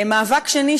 מאבק שני,